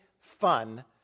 fun